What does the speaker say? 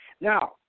Now